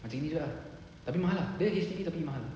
macam gini juga ah tapi mahal dia H_D_B tapi mahal